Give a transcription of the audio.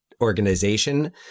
organization